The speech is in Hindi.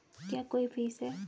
क्या कोई फीस है?